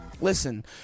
Listen